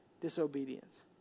disobedience